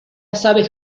sabes